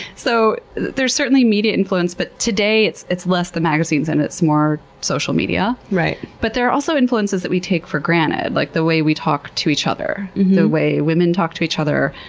so there's certainly media influence, but today it's it's less the magazines and it's more social media. right. but they're also influences that we take for granted, like the way we talk to each other. the way women talk to each other,